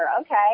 okay